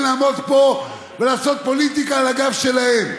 לעמוד פה ולעשות פוליטיקה על הגב שלהם?